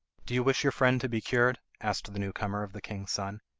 do you wish your friend to be cured asked the new comer of the king's son.